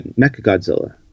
Mechagodzilla